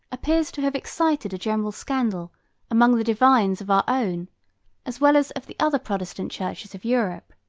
appears to have excited a general scandal among the divines of our own as well as of the other protestant churches of europe.